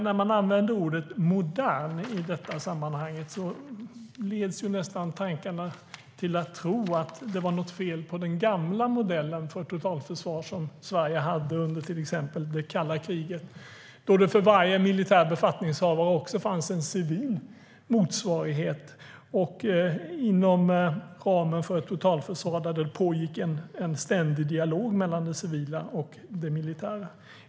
När man använder ordet modern i det sammanhanget leds man nästan att tro att det var något fel på den gamla modellen för totalförsvar som Sverige hade under till exempel det kalla kriget. Då fanns det för varje militär befattningshavare också en civil motsvarighet, inom ramen för ett totalförsvar där en ständig dialog pågick mellan det civila och det militära.